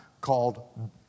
called